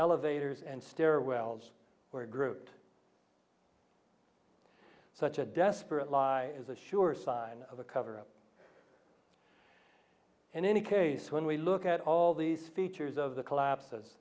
elevators and stairwells were grouped such a desperate lie is a sure sign of a cover up in any case when we look at all these features of the collapses